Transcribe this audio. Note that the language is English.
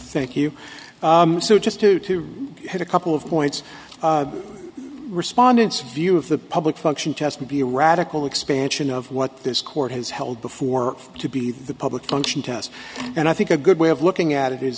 thank you so just too too had a couple of points respondents view of the public function test to be a radical expansion of what this court has held before to be the public function test and i think a good way of looking at it is